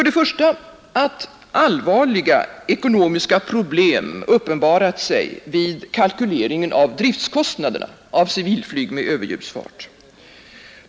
Det första är att allvarliga ekonomiska problem uppenbarat sig vid kalkyleringen av driftkostnaderna för civilflyg med överljudsfart.